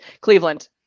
Cleveland